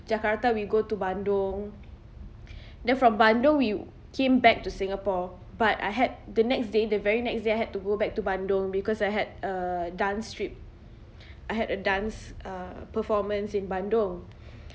jakarta we go to bandung then from bandung we came back to singapore but I had the next day the very next day I had to go back to bandung because I had a dance trip I had a dance uh performance in bandung